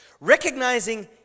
recognizing